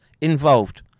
involved